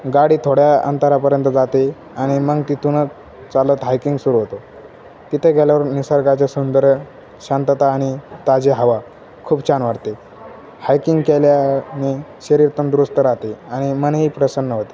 गाडी थोड्या अंतरापर्यंत जाते आणि मग तिथूनच चालत हायकिंग सुरू होतो तिथे गेल्यावर निसर्गाच्या सौंदर्यात शांतता आणि ताजी हवा खूप छान वाटते हायकिंग केल्याने शरीर तंदुरुस्त राहते आणि मनही प्रसन्न होते